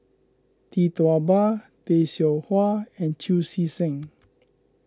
Tee Tua Ba Tay Seow Huah and Chu Chee Seng